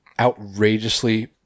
outrageously